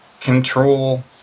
control